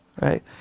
Right